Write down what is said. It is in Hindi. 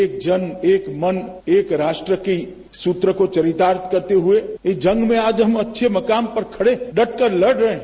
एक जन एक मन एक राष्ट्र के सूत्र को चरितार्थ करते हुए इस जंग में आज हम अच्छे मकाम पर खडे हैं डटकर लड़ रहे हैं